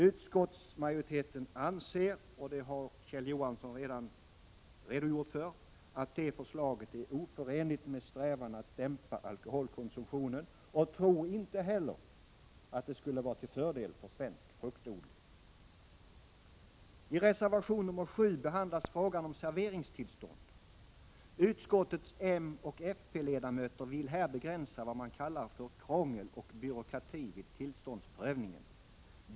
Utskottsmajoriteten anser — och det har Kjell Johansson redan redogjort för — att det förslaget är oförenligt med strävan att dämpa alkoholkonsumtionen och tror inte heller att det skulle vara till fördel för svensk fruktodling. I reservation 7 behandlas frågan om serveringstillstånd. Utskottets moch fp-ledamöter vill här begränsa vad man kallar krångel och byråkrati vid tillståndsprövningen.